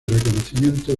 reconocimiento